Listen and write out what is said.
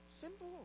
Simple